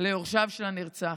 ליורשיו של הנרצח.